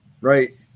Right